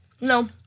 No